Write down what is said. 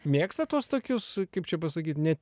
mėgstat tuos tokius kaip čia pasakyt ne